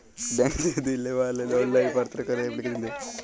ব্যাংকে যদি লেওয়ার অললাইন পার্থনা ক্যরা এপ্লিকেশন দেয়